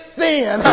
sin